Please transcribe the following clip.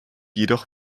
jedoch